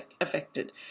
affected